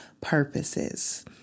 purposes